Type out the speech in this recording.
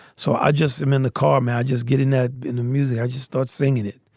so i just am in the car, man. just getting that in the music. i just start singing it.